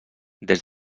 des